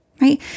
right